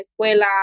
Escuela